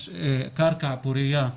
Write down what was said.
יש קרקע פורייה,